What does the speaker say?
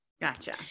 Gotcha